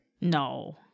No